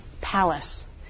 palace